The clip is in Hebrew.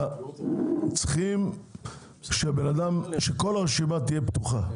צריכים שכל הרשימה תהיה פתוחה,